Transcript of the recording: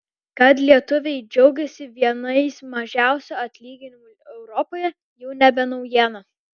kad lietuviai džiaugiasi vienais mažiausių atlyginimų europoje jau nebe naujiena